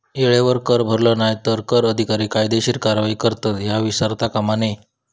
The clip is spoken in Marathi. येळेवर कर भरलो नाय तर कर अधिकारी कायदेशीर कारवाई करतत, ह्या विसरता कामा नये